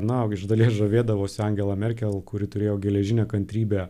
na iš dalies žavėdavosi angela merkel kuri turėjo geležinę kantrybę